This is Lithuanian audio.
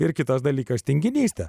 ir kitas dalykas tinginystė